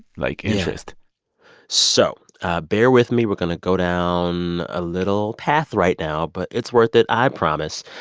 like, interest so bear with me. we're going to go down a little path right now, but it's worth it. i promise.